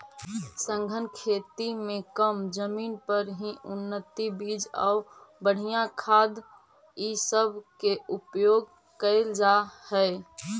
सघन खेती में कम जमीन पर ही उन्नत बीज आउ बढ़ियाँ खाद ई सब के उपयोग कयल जा हई